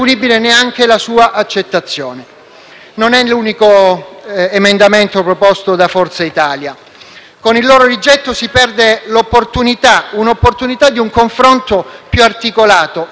Non è l'unico emendamento proposto da Forza Italia. Con il rigetto si disperde l'opportunità di un confronto più articolato e scevro da pregiudizi e opposizioni